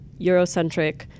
Eurocentric